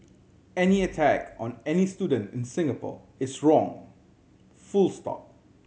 any attack on any student in Singapore is wrong full stop